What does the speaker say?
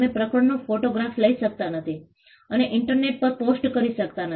તમે પ્રકરણનો ફોટોગ્રાફ લઈ શકતા નથી અને ઇન્ટરનેટ પર પોસ્ટ કરી શકતા નથી